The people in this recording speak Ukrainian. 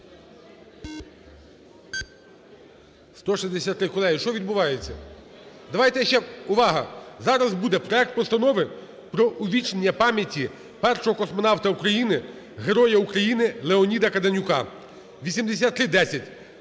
За-163 Колеги, що відбувається? Давайте ще... Увага! Зараз буде проект Постанови про увічнення пам'яті Першого космонавта України, Героя України Леоніда Каденюка (8310).